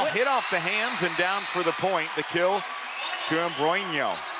hit off the hands and down for the point. the kill to imbrogno.